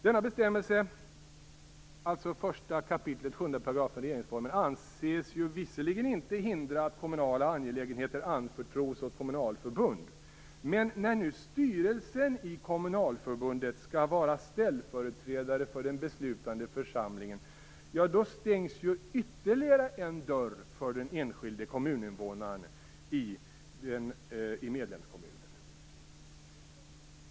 Denna bestämmelse, alltså 1 kap. 7 § regeringsformen, anses visserligen inte hindra att kommunala angelägenheter anförtros åt kommunalförbund. Men när nu styrelsen i kommunalförbundet skall vara ställföreträdare för den beslutande församlingen stängs ytterligare en dörr för den enskilde kommuninvånaren i medlemskommunen.